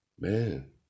man